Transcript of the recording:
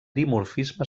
dimorfisme